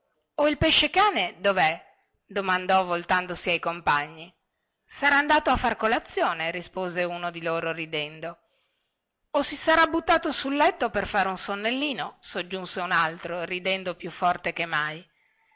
o il pesce-cane dovè domandò voltandosi ai compagni sarà andato a far colazione rispose uno di loro ridendo o si sarà buttato sul letto per far un sonnellino soggiunse un altro ridendo più forte che mai